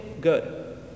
good